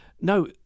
no